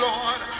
Lord